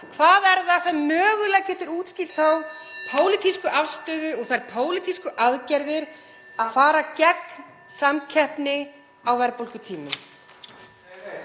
Hvað er það sem mögulega getur útskýrt þá pólitísku afstöðu (Forseti hringir.) og þær pólitísku aðgerðir að fara gegn samkeppni á verðbólgutímum?